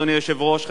אדוני היושב-ראש,